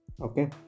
okay